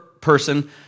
person